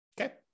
Okay